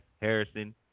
Harrison